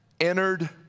entered